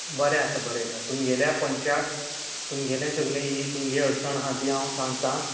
बरें आसा बरें आसा तुमगेल्या पंचाक तुमगे सगळी ही तुमगे अडचण आहा ती हांव सांगता